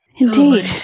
indeed